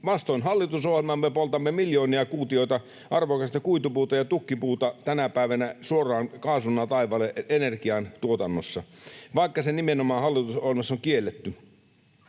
Vastoin hallitusohjelmaa me poltamme miljoonia kuutioita arvokasta kuitupuuta ja tukkipuuta tänä päivänä suoraan kaasuna taivaalle energiantuotannossa, vaikka se nimenomaan hallitusohjelmassa on kielletty.